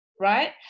right